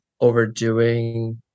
overdoing